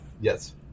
Yes